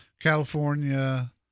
California